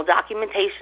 documentation